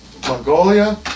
Mongolia